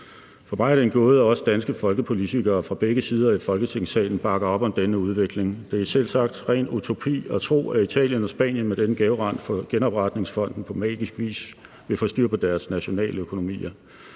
For mig er det en gåde, at også danske politikere fra begge sider i Folketingssalen bakker op om denne udvikling. Det er selvsagt ren utopi at tro, at Italien og Spanien med denne gaveregn fra genopretningsfonden på magisk vis vil få styr på deres nationale økonomier.